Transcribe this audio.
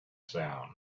sound